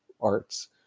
arts